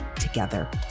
together